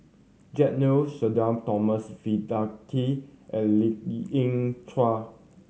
Jack Neo Sudhir Thomas Vadaketh and Lien Ying Chow